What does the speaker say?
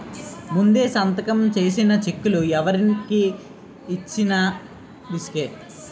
ముందే సంతకం చేసిన చెక్కులు ఎవరికి ఇచ్చిన రిసుకే